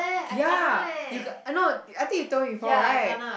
ya you got no I think you told me before right